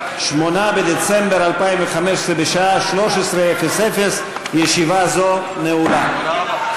8 בדצמבר 2015, בשעה 13:00. ישיבה זו נעולה.